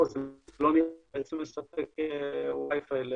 פה זה בעצם מספק wi-fi.